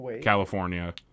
california